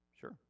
sure